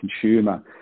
consumer